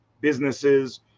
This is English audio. businesses